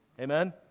Amen